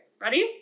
Ready